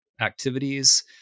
activities